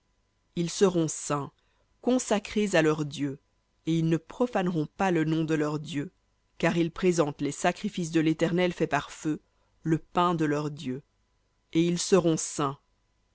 ils seront saints à leur dieu et ils ne profaneront pas le nom de leur dieu car ils présentent les sacrifices de l'éternel faits par feu le pain de leur dieu et ils seront saints